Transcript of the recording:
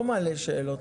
לא מעלה שאלות.